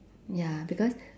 ya because